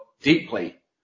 deeply